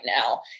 now